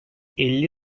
elli